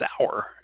hour